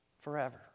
forever